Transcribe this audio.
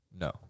No